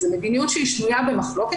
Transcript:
זו מדיניות שהיא שנויה במחלוקת,